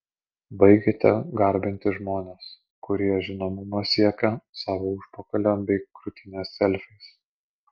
baikite garbinti žmones kurie žinomumo siekia savo užpakalio bei krūtinės selfiais